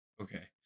Okay